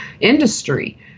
industry